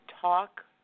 Talk